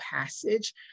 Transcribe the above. passage